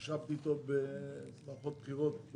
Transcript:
ישבתי איתו במערכות בחירות,